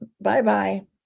bye-bye